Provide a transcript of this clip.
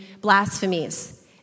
blasphemies